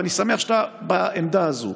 ואני שמח שאתה בעמדה הזו: